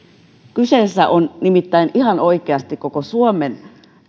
kyseessä on nimittäin ihan oikeasti yksi koko suomen